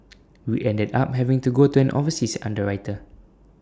we ended up having to go to an overseas underwriter